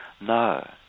no